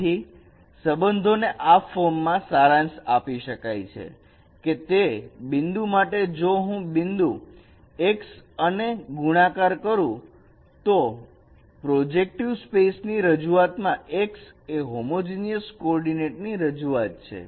તેથી સંબંધોને આ ફોર્મમાં સારાંશ આપી શકાય છે કે તે બિંદુ માટે જો હું બિંદ x અને ગુણાકાર કરું તો પ્રોજેક્ટિવ સ્પેસ ની રજૂઆતમાં x એ હોમોજીનયસ કોઓર્ડીનેટ રજૂઆત છે